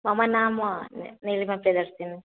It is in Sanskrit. मम नाम निलुम तेजस्विनि